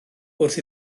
wrth